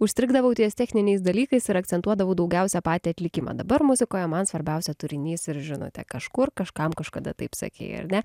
užstrigdavau ties techniniais dalykais ir akcentuodavau daugiausia patį atlikimą dabar muzikoje man svarbiausia turinys ir žinote kažkur kažkam kažkada taip sakei ar ne